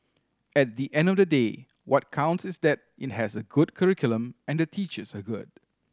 at the end of the day what counts is that it has a good curriculum and the teachers are good